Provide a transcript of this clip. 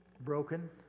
broken